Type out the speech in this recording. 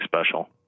special